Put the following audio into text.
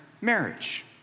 marriage